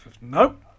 Nope